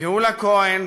גאולה כהן,